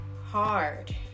hard